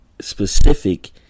Specific